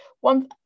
one